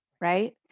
Right